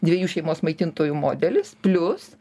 dviejų šeimos maitintojų modelis plius